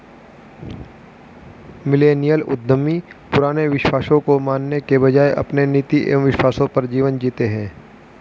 millennial उद्यमी पुराने विश्वासों को मानने के बजाय अपने नीति एंव विश्वासों पर जीवन जीते हैं